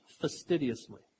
fastidiously